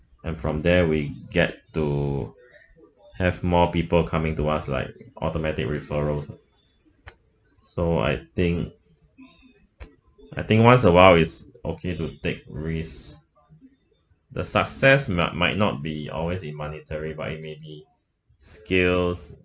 and from there we get to have more people coming to us like automatic referrals so I think I think once a while is okay to take risk the success might might not be always in monetary but it may be skills